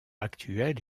actuel